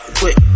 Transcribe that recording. quit